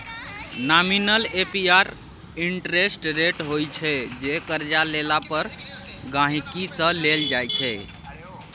nominal APR interest rate होइ छै जे करजा लेला पर गांहिकी सँ लेल जाइ छै